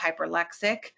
hyperlexic